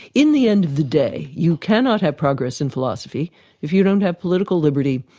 in the end of the day, you cannot have progress in philosophy if you don't have political liberty,